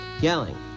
yelling